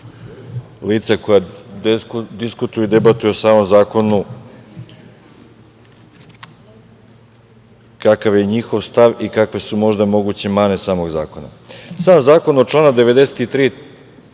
lica koja diskutuju i debatuju o samom zakonu kakav je njihov stav i kakve su moguće mane zakona. Sam zakon u članu 93.